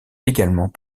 également